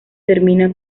termina